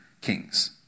king's